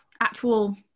actual